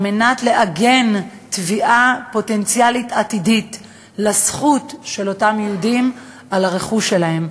כדי לעגן תביעה פוטנציאלית עתידית לזכות של אותם יהודים על הרכוש שלהם.